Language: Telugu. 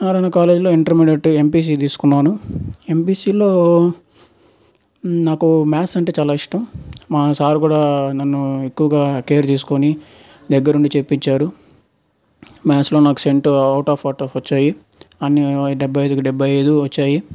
నారాయణ కాలేజ్లో ఇంటర్మీడియట్ ఎంపిసి తీసుకున్నాను ఎంపిసిలో నాకు మ్యాథ్స్ అంటే చాలా ఇష్టం మా సార్ ఎక్కువగా కేర్ తీసుకోని దగ్గరుండి చెప్పించారు మ్యాథ్స్లో నాకు cent out of out of వచ్చాయి అన్ని డెబ్భై ఐదుకు డెబ్భై ఐదు వచ్చాయి